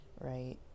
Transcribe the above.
right